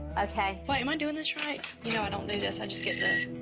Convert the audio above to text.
okay. wait, am i doing this right? you know i don't do this, i just get the.